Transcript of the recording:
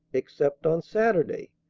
except on saturday,